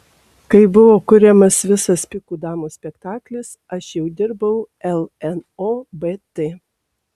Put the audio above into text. kai buvo kuriamas visas pikų damos spektaklis aš jau dirbau lnobt